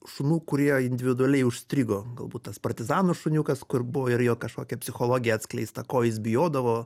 šunų kurie individualiai užstrigo galbūt tas partizano šuniukas kur buvo ir jo kažkokia psichologija atskleista ko jis bijodavo